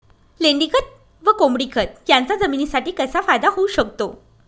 लेंडीखत व कोंबडीखत याचा जमिनीसाठी कसा फायदा होऊ शकतो?